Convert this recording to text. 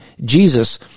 Jesus